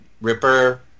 Ripper